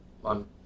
One